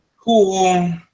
cool